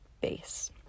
base